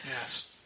Yes